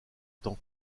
étant